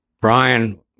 Brian